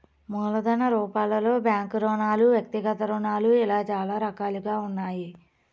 మూలధన రూపాలలో బ్యాంకు రుణాలు వ్యక్తిగత రుణాలు ఇలా చాలా రకాలుగా ఉన్నాయి